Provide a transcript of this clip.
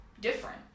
different